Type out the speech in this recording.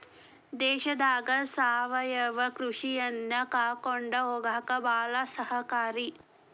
ದೇಶದಾಗ ಸಾವಯವ ಕೃಷಿಯನ್ನಾ ಕಾಕೊಂಡ ಹೊಗಾಕ ಬಾಳ ಸಹಕಾರಿ